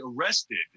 arrested